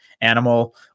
animal